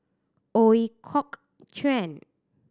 Ooi Kok Chuen